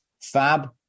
Fab